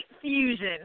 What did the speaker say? Fusion